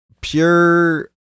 pure